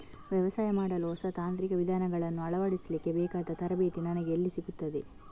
ವ್ಯವಸಾಯ ಮಾಡಲು ಹೊಸ ತಾಂತ್ರಿಕ ವಿಧಾನಗಳನ್ನು ಅಳವಡಿಸಲಿಕ್ಕೆ ಬೇಕಾದ ತರಬೇತಿ ನನಗೆ ಎಲ್ಲಿ ಸಿಗುತ್ತದೆ?